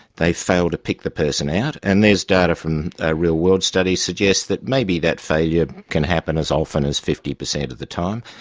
they fail to pick the person out, and there's data from ah real world studies suggesting that maybe that failure can happen as often as fifty percent of the time.